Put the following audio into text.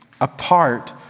apart